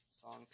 song